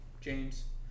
James